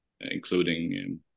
including